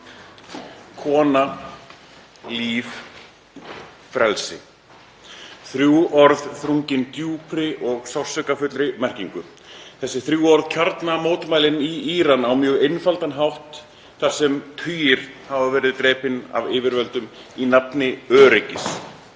Kona, líf, frelsi. Þrjú orð þrungin djúpri og sársaukafullri merkingu. Þessi þrjú orð kjarna mótmælin í Íran á mjög einfaldan hátt þar sem tugir hafa verið drepnir af yfirvöldum í nafni öryggis.